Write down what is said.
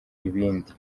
ibindi